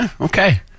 Okay